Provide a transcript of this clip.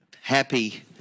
happy